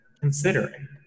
considering